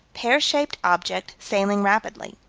pear-shaped object, sailing rapidly.